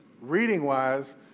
reading-wise